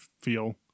feel